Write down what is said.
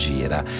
Gira